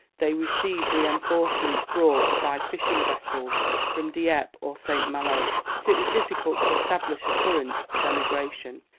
they received reinforcements brought by fishing vessels from dieppe or st. malo. but it was difficult to establish a current of emigration.